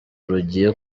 rugiye